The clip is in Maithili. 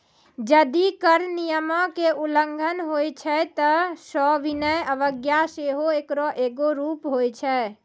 जदि कर नियमो के उल्लंघन होय छै त सविनय अवज्ञा सेहो एकरो एगो रूप होय छै